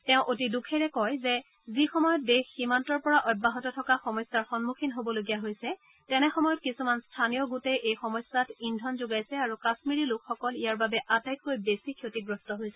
তেওঁ অতি দুখেৰে কয় যে যি সময়ত দেশ সীমান্তৰ পৰা অব্যাহত থকা সমস্যাৰ সম্মুখীন হ'বলগীয়া হৈছে তেনে সময়ত কিছুমান স্থানীয় গোটে এই সমস্যাত ইন্ধন যোগাইছে আৰু কাশ্মিৰী লোকসকল ইয়াৰ বাবে আটাইতকৈ বেছি ক্ষতিগ্ৰস্ত হৈছে